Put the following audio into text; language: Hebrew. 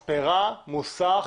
מספרה, מוסך,